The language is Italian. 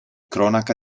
cronaca